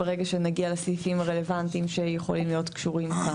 ברגע שנגיע לסעיפים הרלוונטיים שיכולים להיות קשורים.